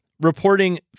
reporting